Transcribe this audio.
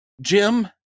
Jim